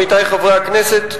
עמיתי חברי הכנסת,